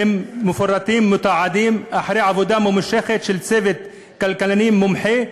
הם מפורטים ומתועדים אחרי עבודה ממושכת של צוות כלכלנים מומחה,